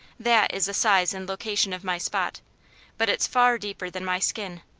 that is the size and location of my spot but it's far deeper than my skin.